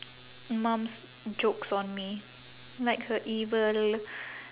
mum's jokes on me like her evil